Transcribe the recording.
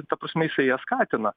ta prasme jisai ją skatina